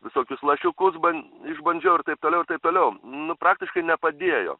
visokius lašiukus ban išbandžiau ir taip toliau ir taip toliau nu praktiškai nepadėjo